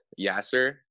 Yasser